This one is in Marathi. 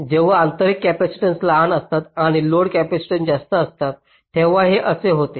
जेव्हा आंतरिक कॅपेसिटन्स लहान असतात आणि लोड कॅपेसिटन्स जास्त असते तेव्हा हे असे होते